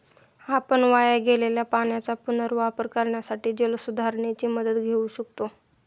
आपण वाया गेलेल्या पाण्याचा पुनर्वापर करण्यासाठी जलसुधारणेची मदत घेऊ शकतो